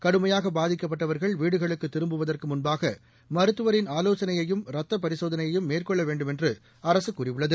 கடுமையாக பாதிக்கப்பட்டவா்கள் வீடுகளுக்கு திரும்புவதற்கு முன்பாக மருத்துவரின் ஆலோசனையையும் ரத்த பரிசோதனையையும் மேற்கொள்ள வேண்டும் என்று அரசு கூறியுள்ளது